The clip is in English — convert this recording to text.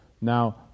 Now